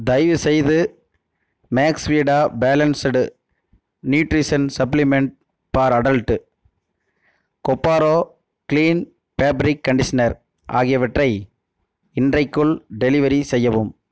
தயவுசெய்து Maxvida balanced nutrition supplement for adult Coparo clean fabric conditioner ஆகியவற்றை இன்றைக்குள் delivery செய்யவும்